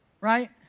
right